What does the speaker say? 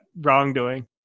wrongdoing